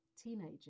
teenager